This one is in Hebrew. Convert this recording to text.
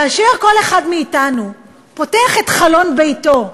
כאשר כל אחד מאתנו פותח את חלון ביתו,